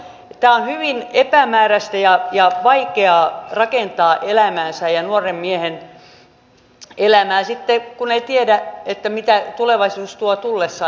tämä on hyvin epämääräistä ja vaikeaa on rakentaa nuoren miehen elämäänsä kun ei tiedä mitä tulevaisuus tuo tullessaan